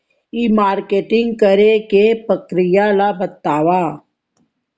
ई marketing करे के प्रक्रिया ला बतावव?